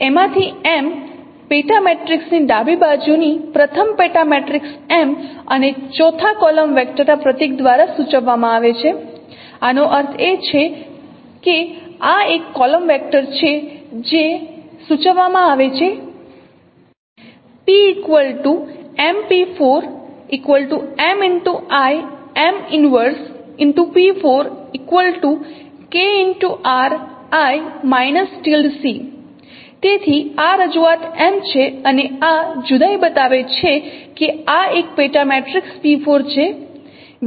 તેથી એમાંથી M પેટા મેટ્રિક્સની ડાબી બાજુની પ્રથમ પેટા મેટ્રિક્સ M અને ચોથા કોલમ વેક્ટરના પ્રતીક દ્વારા સૂચવવામાં આવે છે આનો અર્થ એ કે આ એક કોલમ વેક્ટર છે જે સૂચવવામાં આવે છે તેથી આ રજૂઆત M છે અને આ જુદાઈ બતાવે છે કે આ એક પેટા મેટ્રિક્સ p4 છે